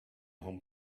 home